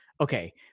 okay